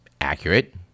accurate